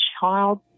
child